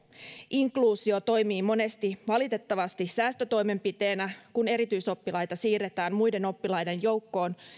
inkluusio toimii monesti valitettavasti säästötoimenpiteenä kun erityisoppilaita siirretään muiden oppilaiden joukkoon